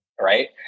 right